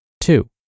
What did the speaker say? Two